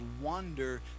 wonder